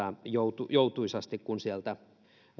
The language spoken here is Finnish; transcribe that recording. joutuisasti kun sieltä